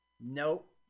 nope